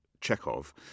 Chekhov